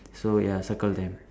so ya circle them